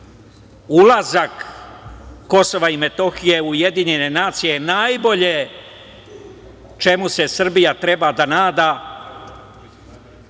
“Ulazak Kosova i Metohije u Ujedinjene nacije je najbolje čemu se Srbija treba da nada“,